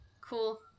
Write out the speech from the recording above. Cool